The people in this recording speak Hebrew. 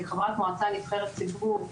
כחברת מועצה נבחרת ציבור,